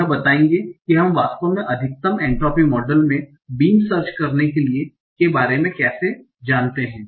यह बताएंगे हम वास्तव में अधिकतम एन्ट्रापी मॉडल में बीम सर्च करने के बारे में कैसे जानते हैं